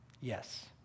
Yes